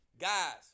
Guys